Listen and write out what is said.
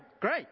great